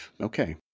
Okay